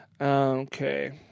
Okay